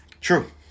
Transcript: True